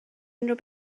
unrhyw